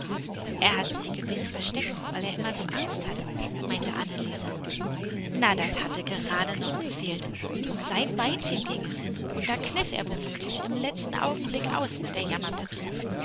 er hat sich gewiß versteckt weil er immer so angst hat meinte anneliese na das hatte gerade noch gefehlt um sein beinchen ging es und da kniff er womöglich im letzten augenblick aus der